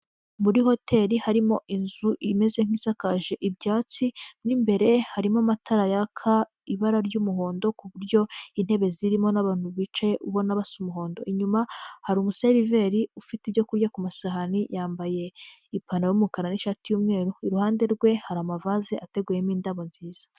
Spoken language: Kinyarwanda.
Muri hoteli harimo inzu imeze nk'isakaje ibyatsi. Mo imbere harimo amatara yaka ibara ry'umuhondo ku buryo intebe zirimo n'abantu bicaye ubona basa umuhondo. Inyuma hari umuseriveri ufite ibyokurya ku masahani yambaye ipantaro y'umukara n'ishati y'umweru. Iruhande rwe hari amavaze ateguyemo indabo nziza.